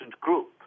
group